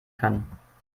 kann